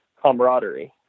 camaraderie